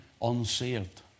Unsaved